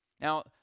Now